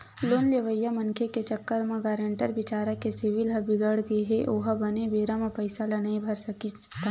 loan लेवइया मनखे के चक्कर म गारेंटर बिचारा के सिविल ह बिगड़गे हे ओहा बने बेरा म पइसा ल नइ भर सकिस त